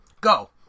go